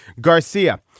Garcia